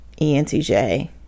ENTJ